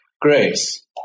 grace